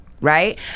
right